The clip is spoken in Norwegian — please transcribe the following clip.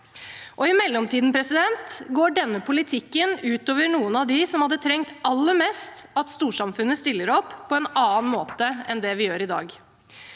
I mellomtiden går denne politikken ut over noen av dem som hadde trengt aller mest at storsamfunnet stiller opp på en annen måte enn det vi gjør i dag.